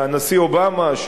והנשיא אובמה,